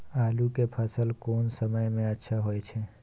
आलू के फसल कोन समय में अच्छा होय छै?